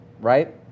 right